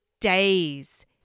days